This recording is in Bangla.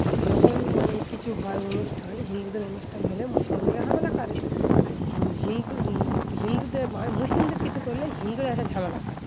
যখন মানে কিছু হয় অনুষ্ঠান হিন্দুদের অনুষ্ঠান হলে মুসলিম রাগে ঝামেলা করে আর হিন্দু হিন্দুদের ম মুসলিমদের কিছু করলে হিন্দুরা একটা ঝামেলা করে